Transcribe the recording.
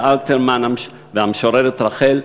על אלתרמן והמשוררת רחל,